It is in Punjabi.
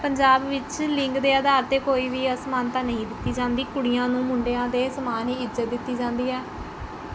ਪੰਜਾਬ ਵਿੱਚ ਲਿੰਗ ਦੇ ਆਧਾਰ 'ਤੇ ਕੋਈ ਵੀ ਅਸਮਾਨਤਾ ਨਹੀਂ ਦਿੱਤੀ ਜਾਂਦੀ ਕੁੜੀਆਂ ਨੂੰ ਮੁੰਡਿਆਂ ਦੇ ਸਮਾਨ ਹੀ ਇੱਜ਼ਤ ਦਿੱਤੀ ਜਾਂਦੀ ਹੈ